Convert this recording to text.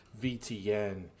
VTN